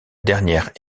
dernière